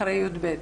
אחרי י"ב.